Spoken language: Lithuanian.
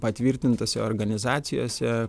patvirtintose organizacijose